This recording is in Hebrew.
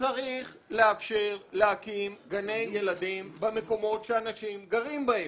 צריך לאפשר להקים גני ילדים במקומות שאנשים גרים בהם.